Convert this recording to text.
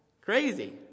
Crazy